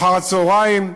אחר הצהריים.